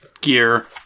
Gear